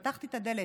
פתחתי את הדלת,